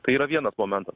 tai yra vienas momentas